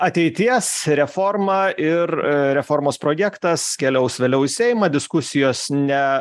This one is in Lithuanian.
ateities reforma ir reformos projektas keliaus vėliau į seimą diskusijos ne